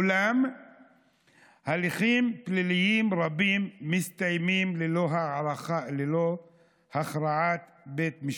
אולם הליכים פליליים רבים מסתיימים ללא הכרעת בית משפט,